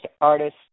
artists